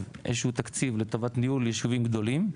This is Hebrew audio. איזשהו תקציב לטובת ניהול יישובים גדולים,